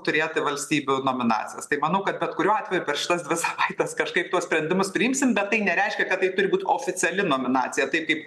turėti valstybių nominacijas tai manau kad bet kuriuo atveju per šitas dvi savaites kažkaip tuos sprendimus priimsim bet tai nereiškia kad tai turi būt oficiali nominacija taip kaip